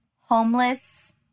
Homeless